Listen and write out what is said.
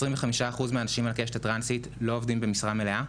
25% מהאנשים על הקשת הטרנסית לא עובדים במשרה מלאה.